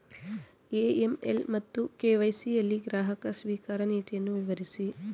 AML ಮತ್ತು KYC ಯಲ್ಲಿ ಗ್ರಾಹಕ ಸ್ವೀಕಾರ ನೀತಿಯನ್ನು ವಿವರಿಸಿ?